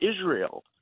Israel